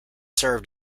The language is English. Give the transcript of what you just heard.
served